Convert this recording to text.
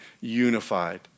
unified